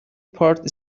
part